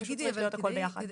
זה פשוט צריך להיות הכל ביחד.